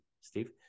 Steve